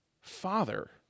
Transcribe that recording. Father